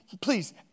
please